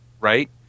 Right